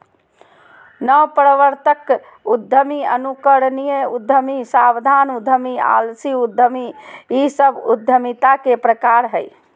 नवप्रवर्तक उद्यमी, अनुकरणीय उद्यमी, सावधान उद्यमी, आलसी उद्यमी इ सब उद्यमिता के प्रकार हइ